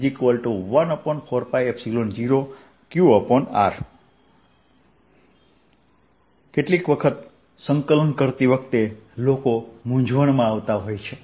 V0 તો v 14π0qr કેટલીકવાર તે સંકલન કરતી વખતે લોકો મૂંઝવણમાં આવે છે